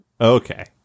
Okay